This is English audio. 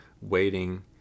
waiting